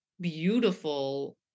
beautiful